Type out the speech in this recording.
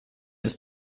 ist